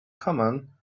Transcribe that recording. common